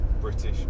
British